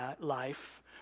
life